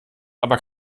aber